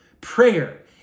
Prayer